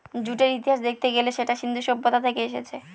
জুটের ইতিহাস দেখতে গেলে সেটা সিন্ধু সভ্যতা থেকে এসেছে